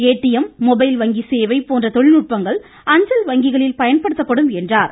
ATM mobile வங்கி சேவை போன்ற தொழில் நுட்பங்கள் அஞ்சல் வங்கிகளில் பயன்படுத்தப்படும் என்று கூறினார்